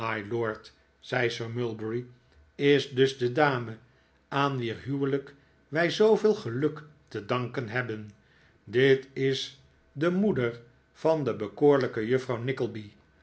mylord zei sir mulberry is dus de dame aan wier huwelijk wij zooveel geluk te danken hebben dit is de moeder van de bekoorlijke juffrouw